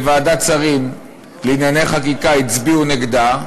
בוועדת שרים לענייני חקיקה הצביעו נגדה,